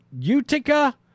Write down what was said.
Utica